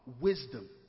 wisdom